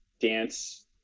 dance